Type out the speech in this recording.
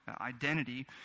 identity